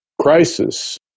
crisis